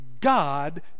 God